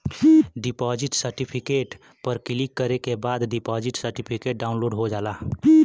deposit certificate पर click करे के बाद डिपॉजिट सर्टिफिकेट डाउनलोड हो जाला